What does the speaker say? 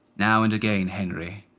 now and again, henry.